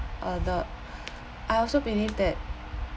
uh the I also believe that